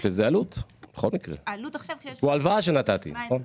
ויש לזה עלות בכל מקרה, יש פה הלוואה שנתתי נכון?